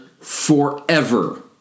forever